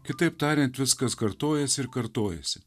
kitaip tariant viskas kartojas ir kartojasi